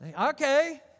Okay